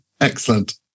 Excellent